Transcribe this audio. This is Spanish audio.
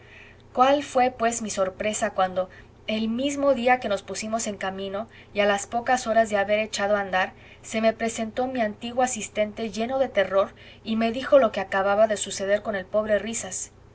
cuál fué pues mi sorpresa cuando el mismo día que nos pusimos en camino y a las pocas horas de haber echado a andar se me presentó mi antiguo asistente lleno de terror y me dijo lo que acababa de suceder con el pobre risas